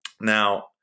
Now